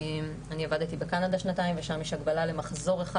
אני עבדתי בקנדה שנתיים ושם יש הגבלה למחזור אחד